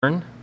Turn